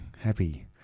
happy